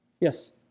Yes